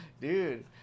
Dude